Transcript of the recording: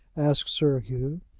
asked sir hugh.